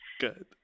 Good